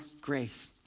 grace